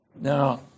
Now